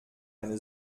eine